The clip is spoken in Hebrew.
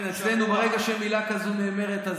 אצלנו ברגע שמילה כזו נאמרת,